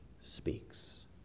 speaks